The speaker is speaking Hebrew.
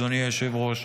אדוני היושב-ראש,